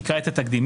יקרא את התקדימים,